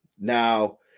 Now